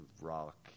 Rock